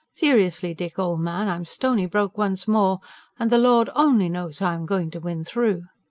seriously, dick, old man, i'm stony-broke once more and the lord only knows how i'm going to win through.